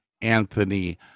Anthony